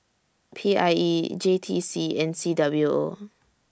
P I E J T C and C W O